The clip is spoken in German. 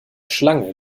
schlange